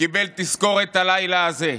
קיבל תזכורת הלילה הזה.